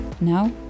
Now